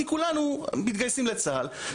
כי כולנו מתגייסים לצה"ל,